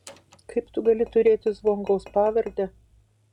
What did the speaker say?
kaip tu gali turėti zvonkaus pavardę